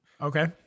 okay